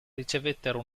ricevettero